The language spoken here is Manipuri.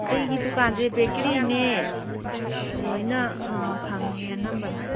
ꯑꯩꯒꯤ ꯗꯨꯀꯥꯟꯁꯦ ꯕꯦꯛꯀꯔꯤꯅꯦ ꯑꯥ ꯂꯣꯏꯅ ꯑꯥ ꯐꯪꯉꯦ ꯑꯅꯝꯕꯅ